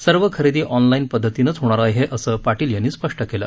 सर्व खरेदी ऑनलाईन पद्धतीनच होणार असं पाटील यांनी स्पष्ट केलं